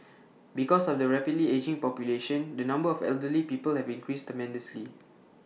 because of the rapidly ageing population the number of elderly people have increased tremendously